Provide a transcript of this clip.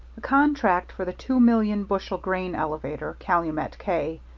contract for the two million bushel grain elevator, calumet k,